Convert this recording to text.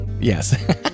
Yes